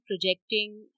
projecting